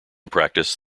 practice